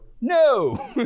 No